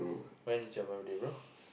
when is your birthday bro